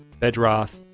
Bedroth